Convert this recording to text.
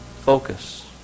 focus